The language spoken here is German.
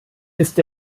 ist